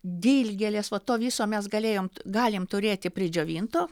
dilgėlės va to viso mes galėjom galim turėti pridžiovinto